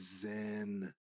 Zen